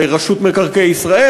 לרשות מקרקעי ישראל?